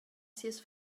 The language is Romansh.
sias